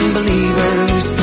believers